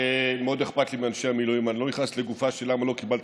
אם הם יתראיינו,